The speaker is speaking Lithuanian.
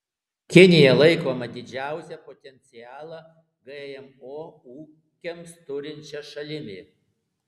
kinija laikoma didžiausią potencialą gmo ūkiams turinčia šalimi